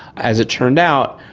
as it turned out,